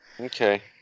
okay